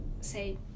say